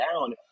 down